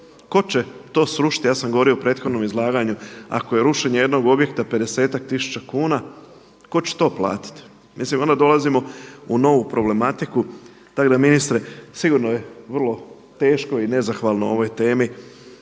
Tko će to srušiti, ja sam govorio u prethodnom izlaganju ako je rušenje jednog objekta 50 tisuća kuna, tko će to platiti? Onda dolazimo u novu problematiku, tako da ministre sigurno je vrlo teško i nezahvalno o ovoj temi